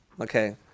Okay